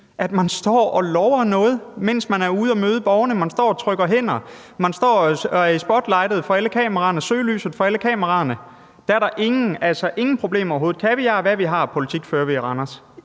Man står og lover noget, mens man er ude at møde borgerne, man står og trykker hænder, man står i spotlightet og er i søgelyset fra alle kameraerne, og der er der ingen problemer overhovedet – kaviar er, hva' vi har-politik, fører vi i Randers.